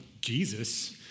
Jesus